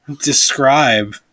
describe